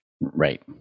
Right